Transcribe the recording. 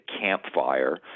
campfire